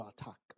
attack